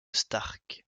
stark